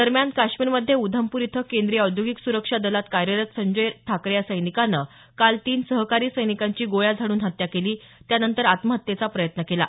दरम्यान काश्मीरमध्ये उधमपूर इथं केंद्रीय औद्योगिक सुरक्षा दलात कार्यरत संजय ठाकरे या सैनिकाने काल तीन सहकारी सैनिकांची गोळ्या झाड्रन हत्या केली त्यानंतर आत्महत्ये प्रयत्न केला